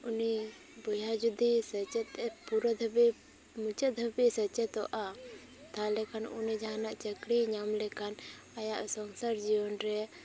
ᱩᱱᱤ ᱵᱚᱭᱦᱟ ᱡᱩᱫᱤ ᱥᱮᱪᱮᱫᱼᱮ ᱯᱩᱨᱟᱹ ᱫᱷᱟᱵᱤᱡ ᱢᱩᱪᱟᱹᱫ ᱫᱷᱟᱹᱵᱤᱡᱼᱮ ᱥᱮᱪᱮᱫᱚᱜᱼᱟ ᱛᱟᱦᱚᱞᱮ ᱠᱷᱟᱱ ᱩᱱᱤ ᱡᱟᱦᱟᱱᱟᱜ ᱪᱟᱹᱠᱨᱤᱭ ᱧᱟᱢ ᱞᱮᱠᱷᱟᱱ ᱟᱭᱟᱜ ᱥᱚᱝᱥᱟᱨ ᱡᱤᱭᱚᱱ ᱨᱮ